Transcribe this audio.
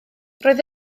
roedd